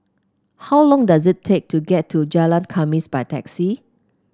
how long does it take to get to Jalan Khamis by taxi